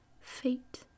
Fate